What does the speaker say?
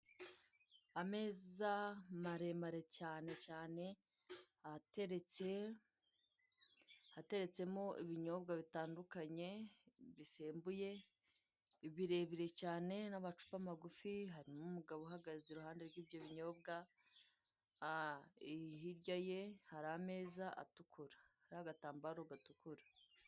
Ameza mare mare cyane cyane, ahateretse ateretsemo ibinyobwa bitandukanye bisembuye bire bire cyane n'amacupa magufi, harimo umugabo uhagaze iruhande rw'ibyo binyobwa, hirya ye hari ameza atukura, ariho agatambaro gatukura.